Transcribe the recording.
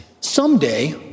Someday